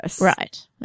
Right